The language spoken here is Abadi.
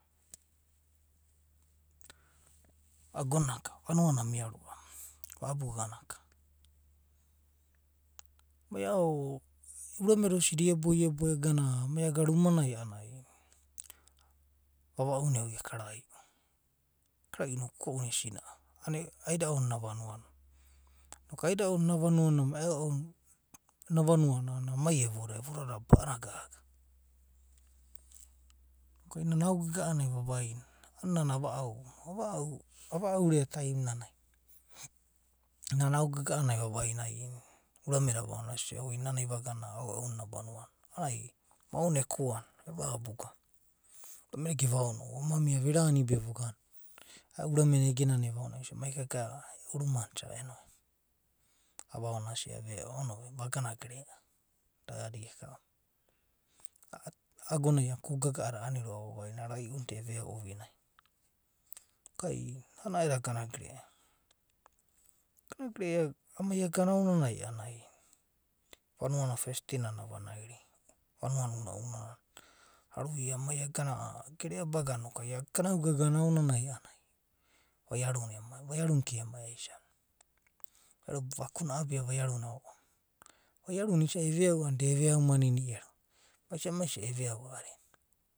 Ago naka, vanua nai ania roa’va vabuanaka amaai a’ao urame da osidi osidi iebo iebs egana amai agana surma nai a’anana ai vava’u na eogu, ekaral’u, ekerai’u noku na esina’a a’anana aida’u na ena vanuana mai aua’a na ena vanuana, a’anana mai evoda, evoda da ba’ana gaga. Noku ai aogaga nai vavaina, a’anana nana a’va’au, ava au reataim nana, nana aogaga nau vaina, urame da ava onida ai nana vagana aua’a na ena vanuane, anana moana ekuana, evabuga, urame da gevaoni’u oma mia, verani be vegana. A’a urame na egenana eva oniu, esia mai kagana e’u ruma nai isa eno. Avaone asia veo. onove vagana gera da adi ekava. A’a agonai a’anana kuku gagada a’ani roa’va vavaina rai’una da eceau ovinai. noku ai ana edo agana gori. Agana gerea amai gana a’anana vauana festinana ai avanaina, vanua na unauna nana aruie amai agana gerea baga noku ai gana uga agana aonanai a’ananai vaiaruna emai, vaiaru naka emai aisania, arab’y vakuna abia vaianuna ao’onia. Vaiaruna ero eveau anana da eveau ananini ero, maisai eveaoa a’adina.